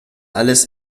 alles